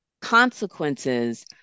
consequences